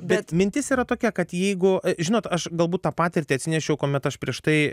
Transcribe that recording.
bet mintis yra tokia kad jeigu žinot aš galbūt tą patirtį atsinešiau kuomet aš prieš tai